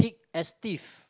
thick as thieves